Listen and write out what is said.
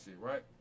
right